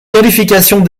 qualifications